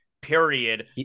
Period